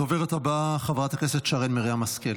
הדוברת הבאה, חברת הכנסת שרן מרים השכל.